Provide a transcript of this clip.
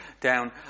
down